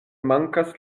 mankas